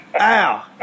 Ow